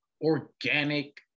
organic